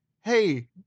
hey